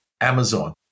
Amazon